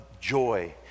joy